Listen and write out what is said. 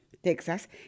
Texas